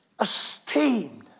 esteemed